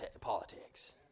politics